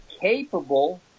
capable